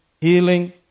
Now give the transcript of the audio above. healing